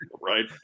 Right